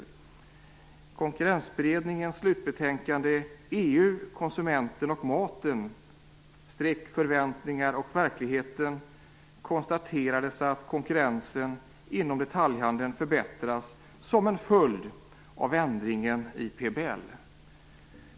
I Konkurrensberedningens slutbetänkande, EU, konsumenten och maten - förväntningar och verklighet, konstaterades att konkurrensen inom detaljhandeln förbättrats som en följd av ändringen i PBL.